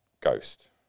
ghost